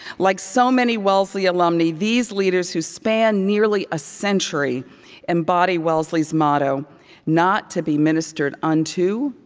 like so many wellesley alumnae, these leaders who span nearly a century embody wellesley's motto not to be ministered unto,